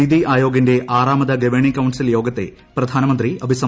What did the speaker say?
നിതി ആയോഗിന്റെ ആറാമത് governing council യോഗത്തെ പ്രധാനമന്ത്രി അഭിസംബോധന ചെയ്തു